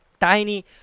tiny